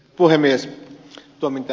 tuo mitä ed